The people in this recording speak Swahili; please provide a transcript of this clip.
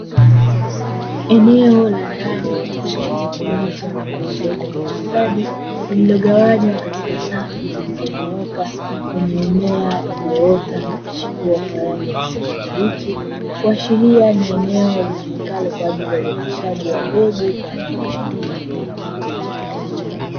Eneo la ndani lililotengenezwa na kuezekwa kwa ustadi lililogawanywa katika safu zilizonyooka kwenye mimea iliyoota na kuchipua kwa rangi ya kijani kibichi kuashiria ni eneo litumikalo kwa ajili ya uoteshaji wa mbegu kwa ajili ya kilimo.